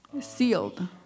Sealed